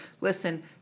Listen